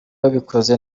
ubikoze